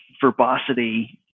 verbosity